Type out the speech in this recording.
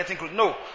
No